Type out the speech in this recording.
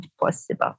possible